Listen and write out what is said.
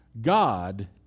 God